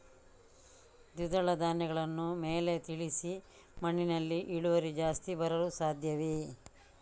ದ್ವಿದಳ ಧ್ಯಾನಗಳನ್ನು ಮೇಲೆ ತಿಳಿಸಿ ಮಣ್ಣಿನಲ್ಲಿ ಇಳುವರಿ ಜಾಸ್ತಿ ಬರಲು ಸಾಧ್ಯವೇ?